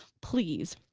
please.